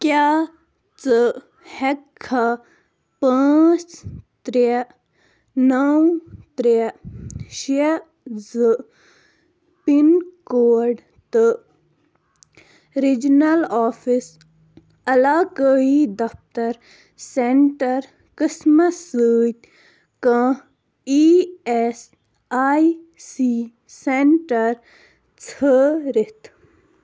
کیٛاہ ژٕ ہٮ۪کہٕ کھا پانٛژھ ترٛےٚ نَو ترٛےٚ شےٚ زٕ پِن کوڈ تہٕ رِجنَل آفِس علاقٲیی دَفتَر سٮ۪نٛٹَر قٕسمَس سۭتۍ کانٛہہ E S I C centre ژھٲرِتھ